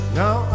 now